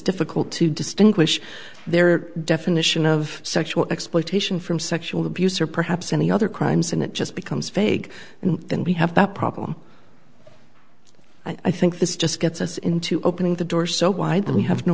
difficult to distinguish their definition of sexual exploitation from sexual abuse or perhaps any other crimes and it just becomes vague and then we have that problem i think this just gets us into opening the door so w